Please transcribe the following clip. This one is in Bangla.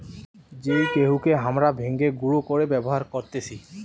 যেই গেহুকে হামরা ভেঙে গুঁড়ো করে ব্যবহার করতেছি